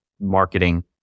marketing